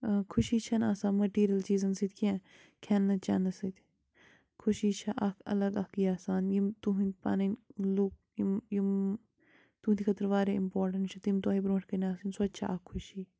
خوشی چھَنہٕ آسان مٔٹیٖریَل چیٖزَن سۭتۍ کیٚنٛہہ کھٮ۪نہٕ چٮ۪نہٕ سۭتۍ خوشی چھِ اَکھ اَلگ اَکھ یہِ آسان یِم تُہٕنٛدۍ پَنٕنۍ لُکھ یِم یِم تُہٕنٛدِ خٲطرٕ واریاہ اِمپاٹَنٛٹ چھِ تِم تۄہہِ برٛونٛٹھ کَنۍ آسٕنۍ سۄ تہِ چھِ اَکھ خوشی